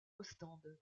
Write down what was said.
ostende